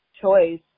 choice